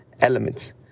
Elements